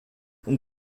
und